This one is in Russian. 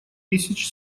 тысяч